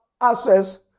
access